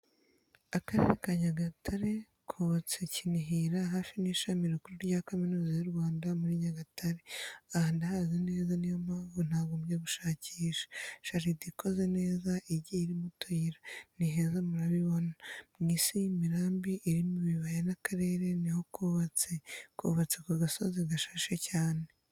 Akarere ka Nyagatare kubatse Kinihira hafi n'ishami rikuru rya kaminuza y'u Rwanda muri Nyagatare, aha ndahazi neza niyo mpamvu ntagombye gushakisha, jaride ikoze neza, igiye irimo utuyira. Ni iheza murabibona, mu Isi y'imirambi irimo ibibaya n'akarere ni ho kubatse, kubatse ku gasozi gashashe cyane.